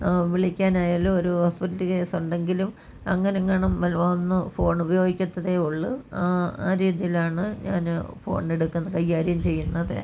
വിളിക്കാനായാലും ഒരു ഹോസ്പിറ്റല് കേസുണ്ടെങ്കിലും അങ്ങനെയെങ്ങാനും ഒന്നു ഫോണ് ഉപയോഗിക്കത്തതേ ഉള്ളൂ ആ രീതീയിലാണ് ഞാൻ ഫോണ് എടുക്കുന്നത് കൈകാര്യം ചെയ്യുന്നത്